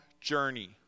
journey